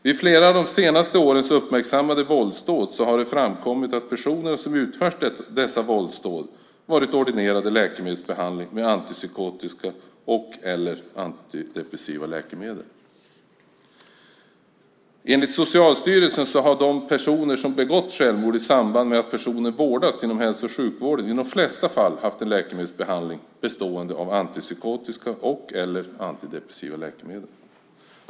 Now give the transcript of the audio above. Vid flera av de senaste årens uppmärksammade våldsdåd har det framkommit att personerna som utfört dessa våldsdåd har varit ordinerade läkemedelsbehandling med antipsykotiska eller antidepressiva läkemedel. Enligt Socialstyrelsen har de personer som har begått självmord i samband med att personerna vårdats inom hälso och sjukvården i de flesta fall haft en läkemedelsbehandling bestående av antipsykotiska eller antidepressiva läkemedel.